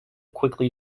quickly